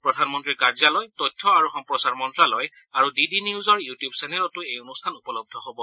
প্ৰধানমন্ত্ৰীৰ কাৰ্যালয় তথ্য আৰু সম্প্ৰচাৰ মন্ত্ৰালয় আৰু ডি ডি নিউজৰ ইউটিউব চেনেলতো এই অনুষ্ঠান উপলব্ধ হ'ব